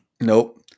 Nope